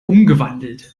umgewandelt